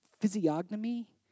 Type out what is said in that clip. physiognomy